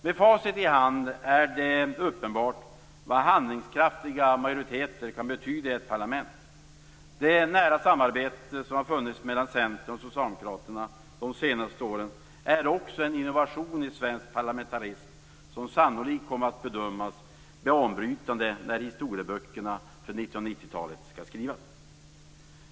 Med facit i hand är det uppenbart vad handlingskraftiga majoriteter kan betyda för ett lands parlament. Det nära samarbetet mellan Centern och Socialdemokraterna under de senaste åren är en innovation i svensk parlamentarism som sannolikt kommer att bedömas banbrytande när historieböckerna för 1990-talet skall skrivas.